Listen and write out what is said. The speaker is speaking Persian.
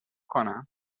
کنم